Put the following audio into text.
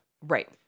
Right